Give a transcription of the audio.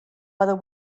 whether